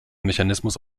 mechanismus